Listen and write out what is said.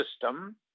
system